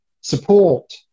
support